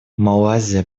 малайзия